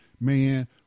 man